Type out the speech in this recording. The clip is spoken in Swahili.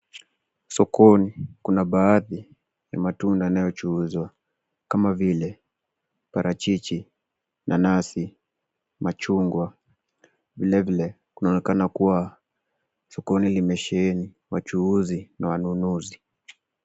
Sokoni, kuna baadhi ya matunda yanayochuuzwa, kama vile parachichi, nanasi, machungwa. Vile vile, kunaonekana kua sokoni limesheheni wachuuzi na wanunuzi.